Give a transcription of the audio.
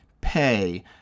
pay